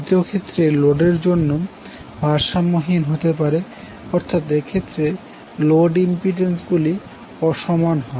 দ্বিতীয় ক্ষেত্রে লোডের জন্য ভারসাম্যহীন হতে পারে অর্থাৎ এক্ষেত্রে লোড ইম্পিড্যান্স গুলি অসমান হয়